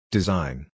Design